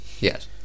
Yes